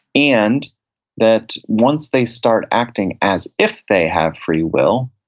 and that once they start acting as if they have free will,